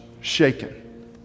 shaken